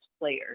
players